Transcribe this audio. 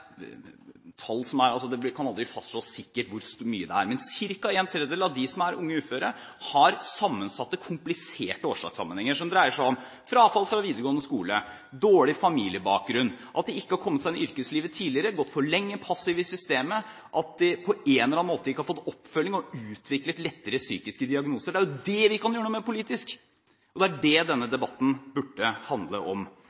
det sammensatte, kompliserte årsakssammenhenger, som dreier seg om frafall fra videregående skole, dårlig familiebakgrunn, at de ikke har kommet seg inn i yrkeslivet tidligere, at de har gått for lenge passive i systemet, og at de på en eller annen måte ikke har fått oppfølging og har utviklet lettere psykiske diagnoser. Det er jo dette vi kan gjøre noe med politisk, og det er dét denne debatten burde handle om.